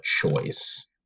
choice